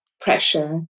pressure